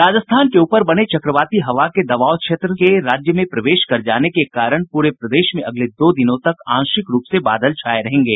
राजस्थान के ऊपर बने चक्रवाती हवा के दबाव क्षेत्र के राज्य में प्रवेश कर जाने के कारण पूरे प्रदेश में अगले दो दिनों तक आंशिक रूप से बादल छाये रहेंगे